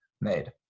made